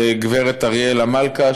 לגברת אריאלה מלכה,